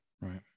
Right